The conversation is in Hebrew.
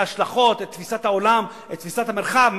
את ההשלכות, את תפיסת העולם, את תפיסת המרחב?